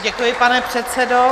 Děkuji, pane předsedo.